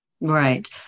Right